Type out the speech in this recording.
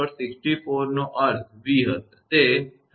64 નો અર્થ v હશે 36